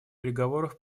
переговоров